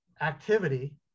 activity